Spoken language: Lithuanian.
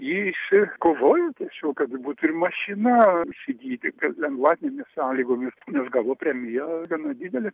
ji išsikovojo tieisog kad būtų ir mašina įsigyti kad lengvatinėmis sąlygomis nes gavo premiją gana didelę